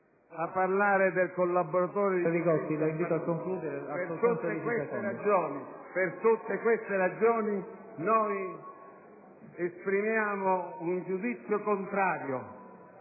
Per tutte queste ragioni, esprimiamo un giudizio contrario